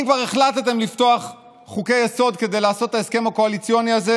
אם כבר החלטתם לפתוח חוקי-יסוד כדי לעשות את ההסכם הקואליציוני הזה,